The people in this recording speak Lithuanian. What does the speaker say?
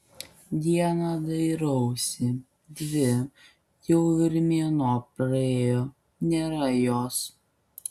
dieną dairausi dvi jau ir mėnuo praėjo nėra jos